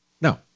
No